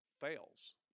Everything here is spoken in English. fails